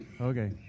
Okay